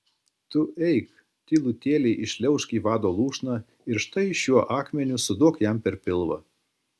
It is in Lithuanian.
tu eik tylutėliai įšliaužk į vado lūšną ir štai šiuo akmeniu suduok jam per pilvą